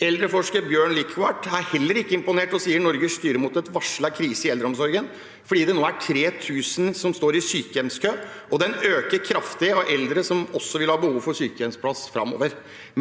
Eldreforsker Bjørn Lichtwarck er heller ikke imponert og sier Norge styrer mot en varslet krise i eldreomsorgen fordi det nå er 3 000 som står i sykehjemskø, og den øker kraftig med eldre som også vil ha behov for sykehjemsplass framover.